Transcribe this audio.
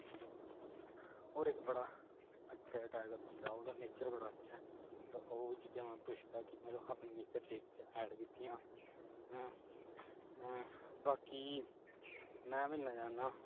होर इक बड़ा अच्छा जेहा टाइप दा बंदा ओह् ओह्दा नेचर बड़ा अच्छा ऐ ते ओह् चीजां में पुच्छगा कि कि'यां तुसें अपने नेचर च एह् चीजां ऐड कीतियां ऐं बाकी में मिलना चाह्न्ना